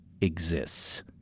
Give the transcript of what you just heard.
exists